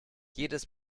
jedes